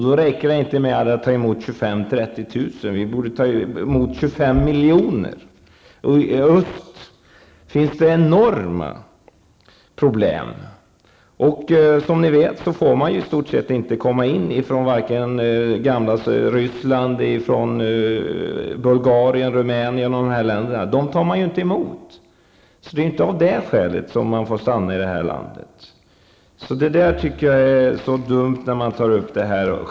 Då räcker det inte med att ta emot 25 000--30 000 flyktingar. Vi borde ta emot 25 miljoner. I öst finns enorma problem. Som ni vet får i stort sett ingen komma hit från det gamla Sovjet, Bulgarien, Rumänien osv. De tas inte emot. Det är inte av det skälet man får stanna här i landet. Jag tycker att det är dumt när man tar upp detta.